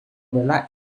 relaxed